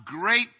great